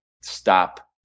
stop